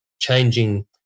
changing